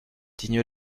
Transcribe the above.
digne